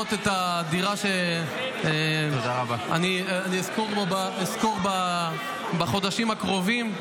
לראות את הדירה שאני אשכור בחודשים הקרובים.